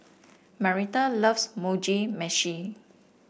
Marita loves Mugi Meshi